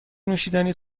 نوشیدنی